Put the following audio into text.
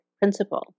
principle